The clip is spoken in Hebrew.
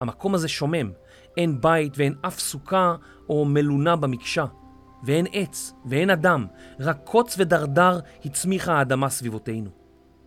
המקום הזה שומם. אין בית ואין אף סוכה או מלונה במקשה, ואין עץ ואין אדם. רק קוץ ודרדר הצמיחה האדמה סביבותנו.